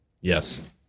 Yes